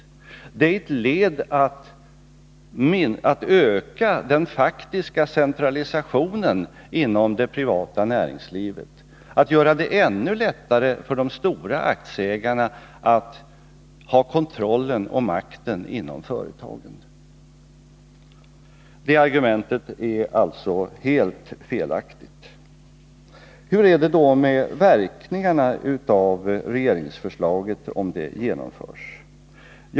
Det är ett led i att öka den faktiska centralisationen inom det privata näringslivet, att göra det ännu lättare för de stora aktieägarna att ha kontrollen och makten inom företagen. Det argument som anförs är alltså helt felaktigt. Hur är det då med verkningarna av regeringsförslaget, om det genomförs?